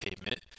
payment